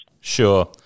Sure